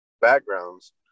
backgrounds